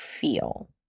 feel